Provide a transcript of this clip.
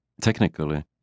Technically